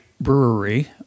brewery